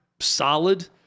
solid